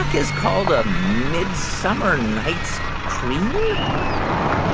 is called a midsummer night's um